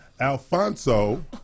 alfonso